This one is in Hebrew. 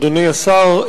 אדוני השר,